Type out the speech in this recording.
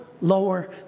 lower